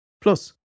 Plus